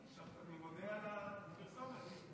אני מודה על הפרסומת.